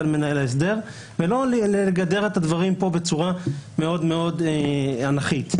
הם שוקלים את הדברים בצורה כללית וממלכתית.